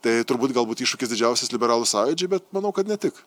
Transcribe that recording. tai turbūt galbūt iššūkis didžiausias liberalų sąjūdžiui bet manau kad ne tik